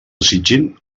desitgin